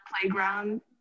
playground